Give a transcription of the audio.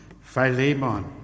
Philemon